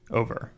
over